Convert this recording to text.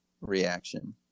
reaction